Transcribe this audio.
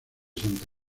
santa